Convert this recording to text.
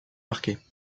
marquées